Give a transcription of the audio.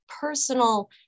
personal